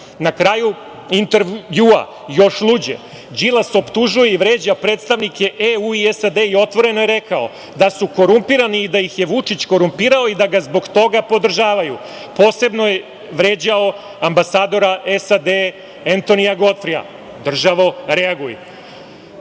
kraju intervjua, još luđe, Đilas optužuje i vređa predstavnike EU i SAD i otvoreno je rekao da su korumpirani i da ih je Vučić korumpirao i da ga zbog toga podržavaju. Posebno je vređao ambasadora SAD, Entonija Gotfrija. Državo, reaguj. Šta